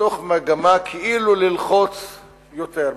מתוך מגמה כאילו ללחוץ יותר.